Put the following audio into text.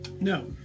No